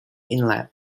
inlet